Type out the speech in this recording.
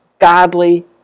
godly